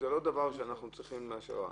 זה לא דבר שאנחנו צריכים לאשר.